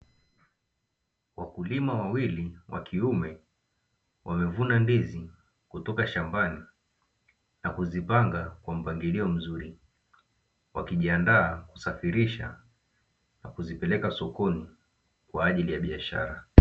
Wakulima wawili wa kiume, wamevuna ndizi kutoka shambani na kuzipanga kwa mpangilio mzuri, wakijiandaa kusafirisha na kuzipeleka sokoni kwa ajili ya biashara.